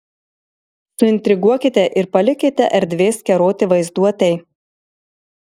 suintriguokite ir palikite erdvės keroti vaizduotei